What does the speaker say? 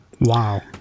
Wow